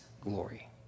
glory